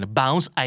bounce